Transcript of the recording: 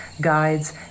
guides